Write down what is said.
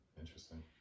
Interesting